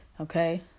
okay